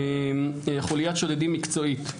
חוליית שודדים מקצועית,